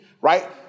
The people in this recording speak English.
Right